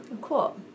Cool